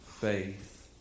faith